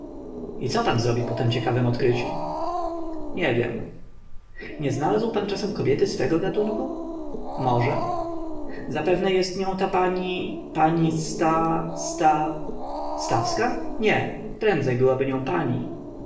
i co pan zrobi po tem ciekawem odkryciu nie wiem nie znalazł pan czasem kobiety swego gatunku może zapewne jest nią ta pani pani sta sta stawska nie prędzej byłaby nią pani